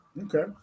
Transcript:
Okay